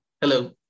Hello